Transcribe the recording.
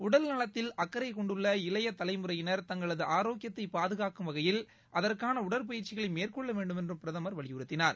உடல்நலத்தில் அக்கறை கொண்டுள்ள இளைய தலைமுறையினா் தங்களது ஆரோக்கியத்தை பாதுகாக்கும் வகையில் அகுற்கான உடற்பயிற்சிகளை மேற்கொள்ள வேண்டுமென்று பிரதமர் வலியுறுத்தினார்